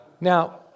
now